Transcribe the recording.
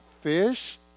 fish